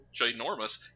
ginormous